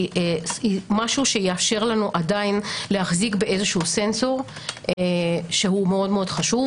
זה יאפשר לנו להחזיק בסנסור שהוא מאוד חשוב.